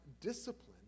discipline